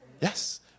Yes